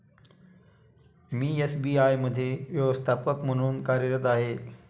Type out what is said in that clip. मी SBI मध्ये व्यवस्थापक म्हणून कार्यरत आहे